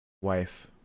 wife